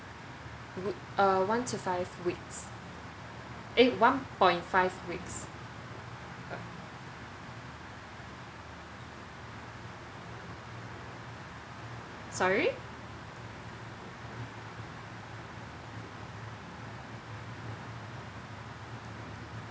w~ [a] one to five weeks eh one point five weeks sorry